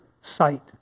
sight